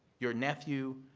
your nephew,